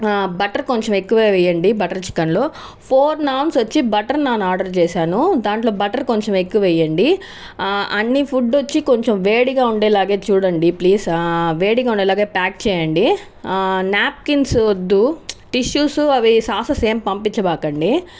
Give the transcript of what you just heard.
butter కొంచెం ఎక్కువ వేయండి బట్టర్ చికెన్లో ఫోర్ నాన్స్ వచ్చి బటర్ నాన్ ఆర్డర్ చేశాను దాంట్లో బట్టర్ కొంచెం ఎక్కువ వేయండి అన్ని ఫుడ్ వచ్చి కొంచెం వేడిగా ఉండేలా చూడండి ప్లీజ్ వేడిగా ఉండేలా ప్యాక్ చేయండి నాప్కిన్స్ వద్దు టిష్యూస్ అవి సాసెస్ ఏమి పంపించకండి